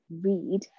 read